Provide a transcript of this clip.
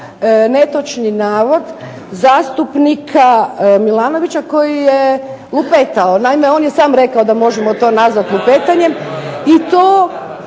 netočni navoda zastupnika Milanovića koji je lupetao. Naime, on je sam rekao da možemo to nazvati lupetanjem i to